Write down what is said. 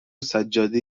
سجاده